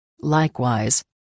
Likewise